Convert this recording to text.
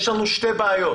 יש לנו שתי בעיות